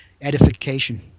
edification